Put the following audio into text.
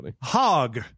Hog